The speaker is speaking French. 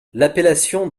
l’appellation